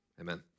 amen